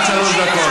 עד שלוש דקות.